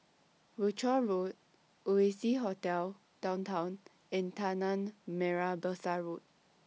Rochor Road Oasia Hotel Downtown and Tanah Merah Besar Road